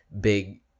big